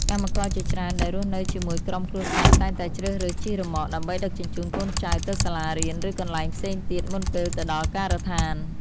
កម្មករជាច្រើនដែលរស់នៅជាមួយក្រុមគ្រួសារតែងតែជ្រើសរើសជិះរ៉ឺម៉ក ដើម្បីដឹកជញ្ជូនកូនចៅទៅសាលារៀនឬកន្លែងផ្សេងទៀតមុនពេលទៅដល់ការដ្ឋាន។